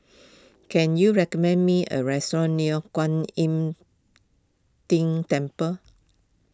can you recommend me a restaurant near Kwan Im Tng Temple